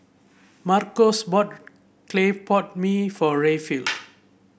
Marcos bought Clay Pot Mee for Rayfield